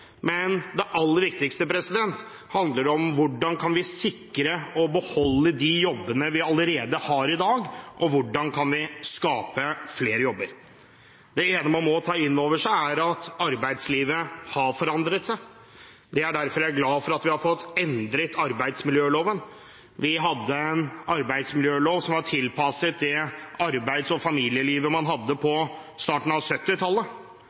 men det aller viktigste handler om hvordan vi kan sikre og beholde de jobbene vi allerede har i dag, og hvordan vi kan skape flere jobber. Noe vi må ta inn over oss, er at arbeidslivet har forandret seg. Det er derfor jeg er glad for at vi har fått endret arbeidsmiljøloven. Vi hadde en arbeidsmiljølov som var tilpasset det arbeids- og familielivet man hadde på starten av